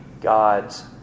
God's